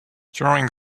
during